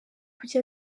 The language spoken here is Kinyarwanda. kuki